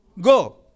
go